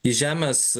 į žemės